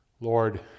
lord